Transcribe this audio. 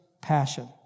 passion